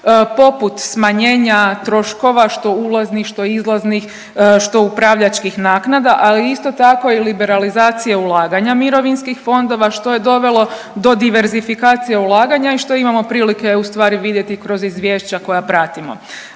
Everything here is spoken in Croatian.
poput smanjenja troškova što ulaznih, što izlaznih, što upravljačkih naknada, a isto tako i liberalizacije ulaganja mirovinskih fondova što je dovelo do diverzifikacije ulaganja i što imamo prilike u stvari vidjeti kroz izvješća koja pratimo.